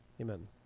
amen